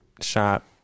shop